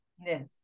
yes